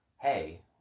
hey